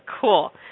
Cool